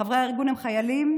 חברי הארגון הם חיילים,